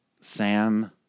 Sam